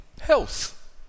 health